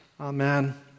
Amen